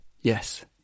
Yes